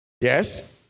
Yes